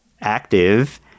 active